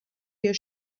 your